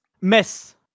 mess